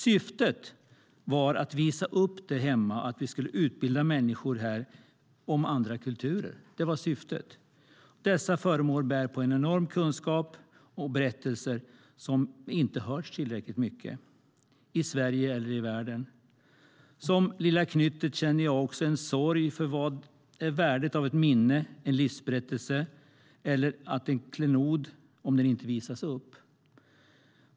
Syftet var att visa upp föremålen hemma och utbilda människor om andra kulturer. Dessa föremål bär på en enorm kunskap och berättelser som inte hörs tillräckligt mycket i Sverige eller i världen. Som lilla knyttet känner jag också en sorg för vad värdet är av ett minne, en livsberättelse eller en klenod om de inte visas upp.